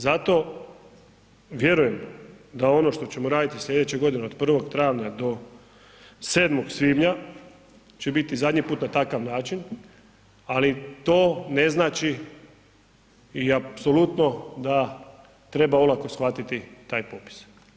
Zato vjerujem da ono što ćemo raditi sljedeće godine od 1. travnja do 7. svibnja će biti zadnji put na takav način, ali to ne znači i apsolutno da treba olako shvatiti taj popis.